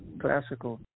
classical